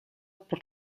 por